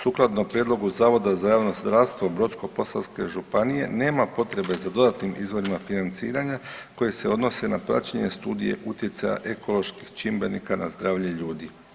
Sukladno prijedlogu Zavoda za javno zdravstvo Brodsko-posavske županije nema potrebe za dodatnim izvorima financiranja koji se odnose na praćenje studije utjecaja ekoloških čimbenika na zdravlje ljudi.